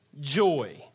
joy